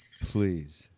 Please